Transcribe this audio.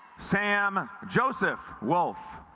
sam joseph wolf